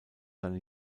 seine